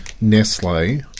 Nestle